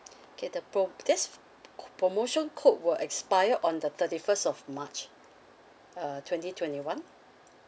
okay the pro~ this promotion code will expire on the thirty first of march uh twenty twenty one